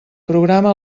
programa